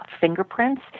fingerprints